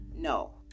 No